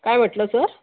काय म्हटलं सर